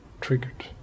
triggered